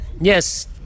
yes